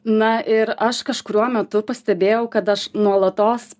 na ir aš kažkuriuo metu pastebėjau kad aš nuolatos